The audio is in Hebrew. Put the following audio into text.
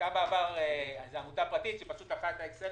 הייתה בעבר עמותה פרטית שלקחה את קבצי האקסל